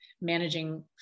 managing